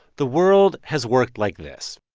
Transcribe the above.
the world has worked like this.